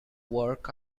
work